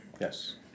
Yes